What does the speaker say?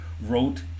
wrote